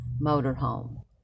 Motorhome